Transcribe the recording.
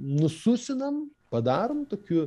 nususinam padarom tokiu